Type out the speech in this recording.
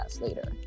later